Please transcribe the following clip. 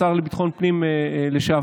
השר לביטחון פנים לשעבר,